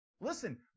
listen